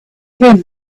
him